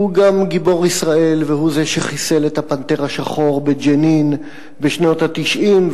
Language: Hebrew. הוא גם גיבור ישראל: הוא שחיסל את "הפנתר השחור" בג'נין בשנות ה-90,